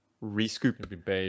re-scoop